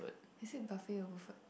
you say buffet or buffet